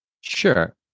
Sure